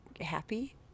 happy